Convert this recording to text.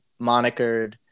monikered